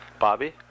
Bobby